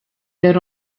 there